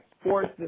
Sports